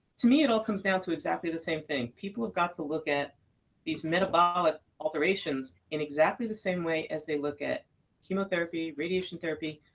to me, it all comes down to exactly the same thing people have got to look at these metabolic alterations in exactly the same way as they look at chemotherapy, radiation therapy.